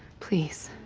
please.